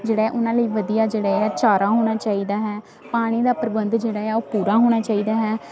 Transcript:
ਜਿਹੜਾ ਆ ਉਹਨਾਂ ਲਈ ਵਧੀਆ ਜਿਹੜਾ ਆ ਚਾਰਾ ਹੋਣਾ ਚਾਹੀਦਾ ਹੈ ਪਾਣੀ ਦਾ ਪ੍ਰਬੰਧ ਜਿਹੜਾ ਆ ਉਹ ਪੂਰਾ ਹੋਣਾ ਚਾਹੀਦਾ ਹੈ